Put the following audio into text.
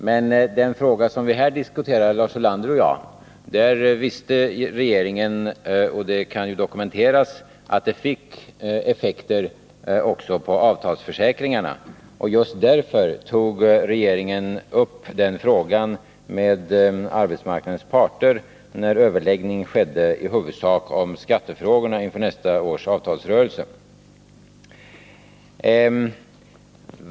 Men i den fråga som vi här diskuterar, Lars Ulander och jag, visste regeringen — och det kan dokumenteras — att det skulle bli effekter också på avtalsförsäkringarna. Just därför tog regeringen upp den frågan med arbetsmarknadens parter, när överläggningar skedde om i huvudsak skattefrågor inför nästa års avtalsrörelse.